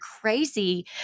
crazy